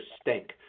stink